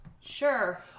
Sure